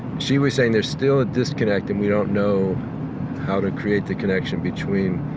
she was saying there's still a disconnect and we don't know how to create the connection between